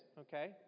okay